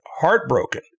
heartbroken